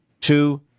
two